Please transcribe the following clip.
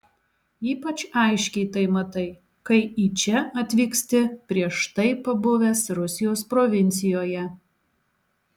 ypač aiškiai tai matai kai į čia atvyksti prieš tai pabuvęs rusijos provincijoje